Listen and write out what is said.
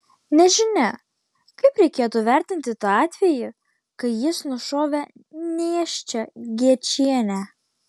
nežinia kaip reikėtų vertinti tą atvejį kai jis nušovė nėščią gečienę